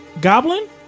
Goblin